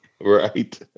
Right